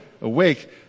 awake